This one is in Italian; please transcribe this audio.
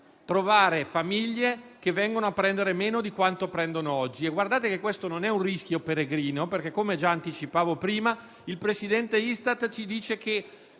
trovare famiglie che vengono a prendere meno di quanto prendono oggi e guardate che non è un rischio peregrino, perché, come già anticipavo prima, il presidente dell'Istat ci dice che,